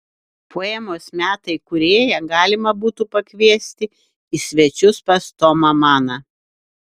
poemos metai kūrėją galima būtų pakviesti į svečius pas tomą maną